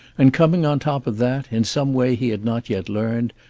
and coming on top of that, in some way he had not yet learned,